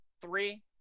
three